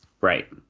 Right